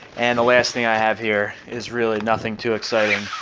and the last thing i have here is really nothing too exciting,